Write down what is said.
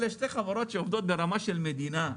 אלו שתי חברות שעובדות ברמה של מדינה,